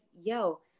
yo